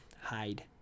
hide